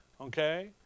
okay